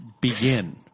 begin